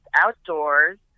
outdoors